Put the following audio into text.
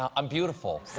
i'm um beautiful.